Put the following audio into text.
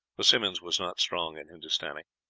for simmonds was not strong in hindustani.